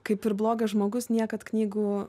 kaip ir blogas žmogus niekad knygų